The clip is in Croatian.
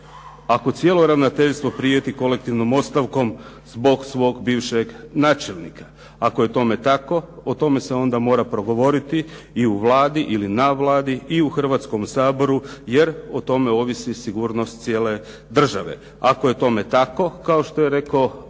ako cijelo ravnateljstvo prijeti kolektivnom ostavkom zbog svog bivšeg načelnika. Ako je tome tako, o tome se onda mora progovoriti i u Vladi ili na Vladi i u Hrvatskom saboru jer o tome ovisi sigurnost cijele države. Ako je tome tako, kao što je rekao Lučin